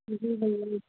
जी जी जी